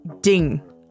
Ding